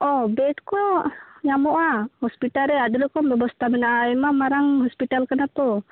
ᱚ ᱵᱮᱹᱴ ᱠᱚ ᱧᱟᱢᱚᱜᱼᱟ ᱦᱳᱥᱯᱤᱴᱟᱞ ᱨᱮ ᱟᱹᱰᱤ ᱨᱚᱠᱚᱢ ᱵᱮᱵᱚᱥᱛᱟ ᱢᱮᱱᱟᱜᱼᱟ ᱟᱭᱢᱟ ᱢᱟᱨᱟᱝ ᱦᱳᱥᱯᱤᱴᱟᱞ ᱠᱟᱱᱟ ᱛᱳ